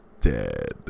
dead